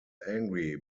angry